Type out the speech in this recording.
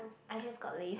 I just got Lays